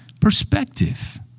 perspective